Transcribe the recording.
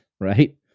right